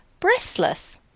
breastless